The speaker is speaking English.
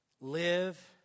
Live